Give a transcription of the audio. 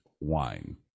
wine